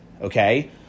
okay